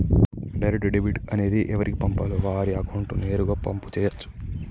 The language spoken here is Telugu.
డైరెక్ట్ డెబిట్ అనేది ఎవరికి పంపాలో వారి అకౌంట్ నేరుగా పంపు చేయచ్చు